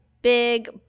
Big